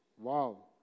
Wow